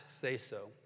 say-so